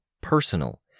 personal